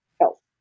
health